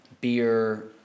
beer